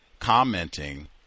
commenting